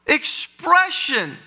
expression